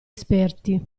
esperti